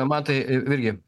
mantai virgi